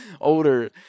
older